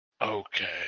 Okay